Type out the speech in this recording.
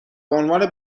عنوان